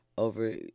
over